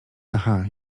aha